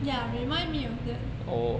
ya remind me or